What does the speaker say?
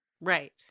Right